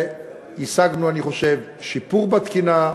והשגנו, אני חושב, שיפור בתקינה,